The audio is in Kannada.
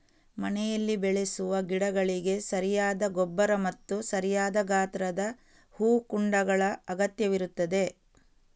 ಮನೆಯಲ್ಲಿ ಬೆಳೆಸುವ ಗಿಡಗಳಿಗೆ ಸರಿಯಾದ ಗೊಬ್ಬರ ಮತ್ತು ಸರಿಯಾದ ಗಾತ್ರದ ಹೂಕುಂಡಗಳ ಅಗತ್ಯವಿರುತ್ತದೆ